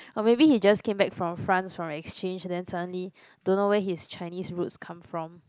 or maybe he just came back from France from exchange then suddenly don't know where his Chinese roots come from